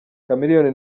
chameleone